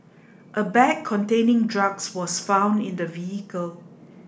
a bag containing drugs was found in the vehicle